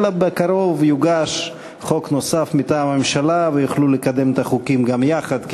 אלא בקרוב יוגש חוק נוסף מטעם הממשלה ויוכלו לקדם את החוקים גם יחד,